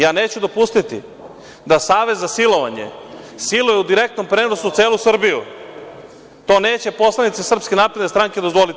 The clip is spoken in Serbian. Ja neću dopustiti da savez za silovanje siluje u direktnom prenosu celu Srbiju, to neće poslanici SNS dozvolite.